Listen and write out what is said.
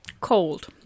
Cold